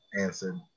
answered